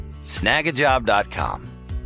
snagajob.com